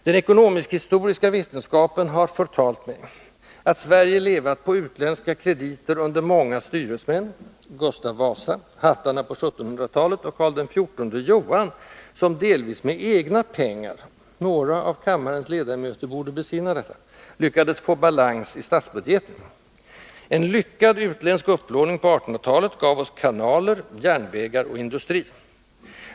Den ekonomisk-historiska vetenskapen har förtalt mig att Sverige levat på utländska krediter under många styresmän: Gustav Vasa, hattarna på 1700-talet och Karl XIV Johan, som delvis med egna pengar — några av kammarens ledamöter borde besinna detta! — lyckades få balans i statsbudgeten. En lyckad utländsk upplåning på 1800-talet gav oss kanaler, järnvägar och industri.